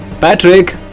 Patrick